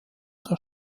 der